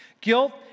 Guilt